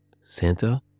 Santa